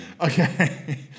Okay